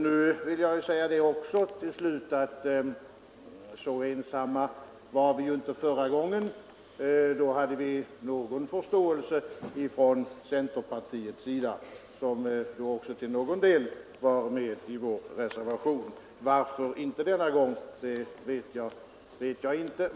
Nu vill jag till slut också säga att så särskilt ensamma var vi inte förra gången; då fann vi åtminstone någon förståelse från centerpartiet, som då också till någon del var med i vår reservation. Varför partiet inte är det denna gång vet jag inte.